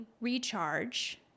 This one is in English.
recharge